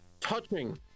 touching